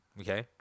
Okay